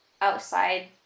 outside